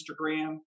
Instagram